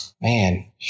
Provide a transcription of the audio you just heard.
Man